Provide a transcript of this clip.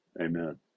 Amen